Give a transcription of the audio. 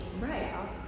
right